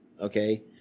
okay